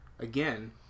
again